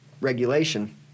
regulation